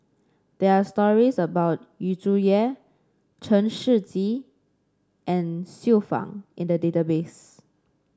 there are stories about Yu Zhuye Chen Shiji and Xiu Fang in the database